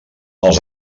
els